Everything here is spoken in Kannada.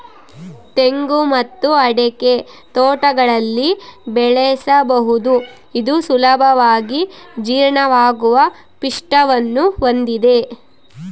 ತೆಂಗು ಮತ್ತು ಅಡಿಕೆ ತೋಟಗಳಲ್ಲಿ ಬೆಳೆಸಬಹುದು ಇದು ಸುಲಭವಾಗಿ ಜೀರ್ಣವಾಗುವ ಪಿಷ್ಟವನ್ನು ಹೊಂದಿದೆ